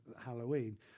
Halloween